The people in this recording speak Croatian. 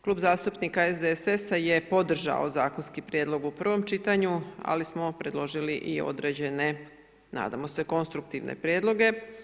Klub zastupnika SDSS-a je podržao zakonski prijedlog u prvom čitanju ali smo predložili i određene, nadamo se konstruktivne prijedloge.